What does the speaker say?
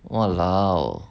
!walao!